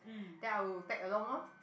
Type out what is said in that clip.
then I would tag along lor